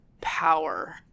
power